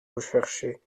recherché